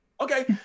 Okay